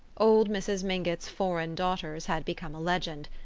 old mrs. mingott's foreign daughters had become a legend.